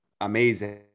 amazing